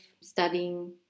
studying